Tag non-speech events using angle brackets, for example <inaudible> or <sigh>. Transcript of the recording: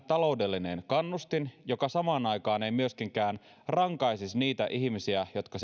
taloudellinen kannustin joka samaan aikaan ei myöskään rankaisisi niitä ihmisiä jotka <unintelligible>